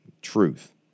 Truth